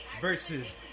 versus